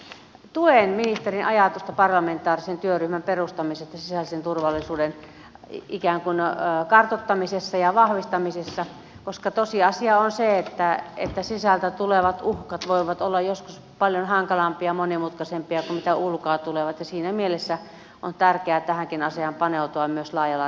tuen ministerin ajatusta parlamentaarisen työryhmän perustamisesta sisäisen turvallisuuden ikään kuin kartoittamisessa ja vahvistamisessa koska tosiasia on se että sisältä tulevat uhkat voivat olla joskus paljon hankalampia ja monimutkaisempia kuin ulkoa tulevat ja siinä mielessä on tärkeää tähänkin asiaan paneutua myös laajalla rintamalla